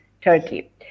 turkey